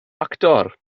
actor